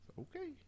Okay